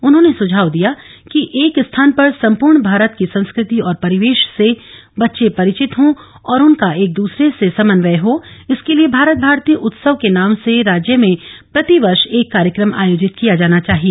उन्होंने सुझाव दिया कि एक स्थान पर सम्पूर्ण भारत की संस्कृति और परिवेश से बच्चे परिचित हो और उनका एक दसरे से समन्वय हो इसके लिए भारत मारती उत्सव के नाम से राज्य में प्रतिवर्ष एक कार्यक्रम आयोजित किया जाना चाहिए